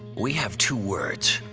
we have two words,